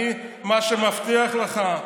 אני, מה שאני מבטיח לך,